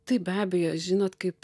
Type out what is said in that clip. taip be abejo žinot kaip